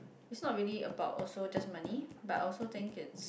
is not really about also just money but also think it's